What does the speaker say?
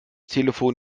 telefon